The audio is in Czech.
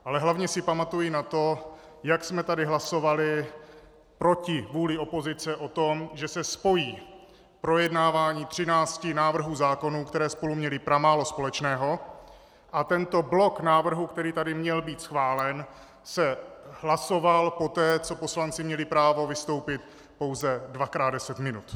Ale hlavně si pamatuji na to, jak jsme tady hlasovali proti vůli opozice o tom, že se spojí projednávání 13 návrhů zákonů, které spolu měly pramálo společného, a tento blok návrhů, který tady měl být schválen, se hlasoval poté, co poslanci měli právo vystoupit pouze dvakrát deset minut.